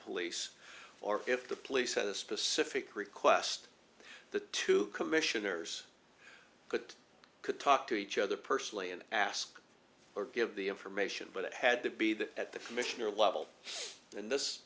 police or if the police had a specific request the two commissioners could could talk to each other personally and ask or give the information but it had to be there at the missioner level and this